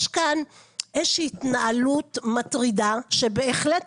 יש כאן איזה שהיא התנהלות מטרידה שבהחלט,